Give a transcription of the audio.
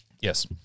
Yes